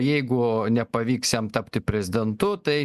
jeigu nepavyks jam tapti prezidentu tai